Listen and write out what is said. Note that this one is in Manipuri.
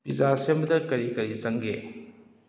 ꯄꯤꯖꯥ ꯁꯦꯝꯕꯗ ꯀꯔꯤ ꯀꯔꯤ ꯆꯪꯒꯦ